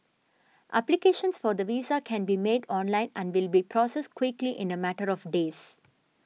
applications for the visa can be made online and will be processed quickly in a matter of days